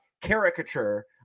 caricature